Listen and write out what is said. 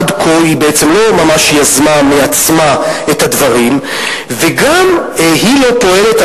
עד כה הוא בעצם לא ממש יזם מעצמו את הדברים והוא גם לא פועל על